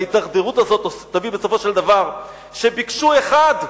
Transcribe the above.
ההידרדרות הזאת תביא בסופו של דבר שביקשו אחד,